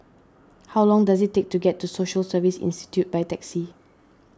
how long does it take to get to Social Service Institute by taxi